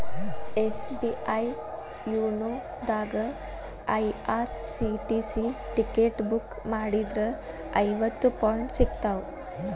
SBI YONO ದಾಗಾ IRCTC ticket book ಮಾಡಿದ್ರ ಐವತ್ತು ಪಾಯಿಂಟ್ ಸಿಗ್ತಾವ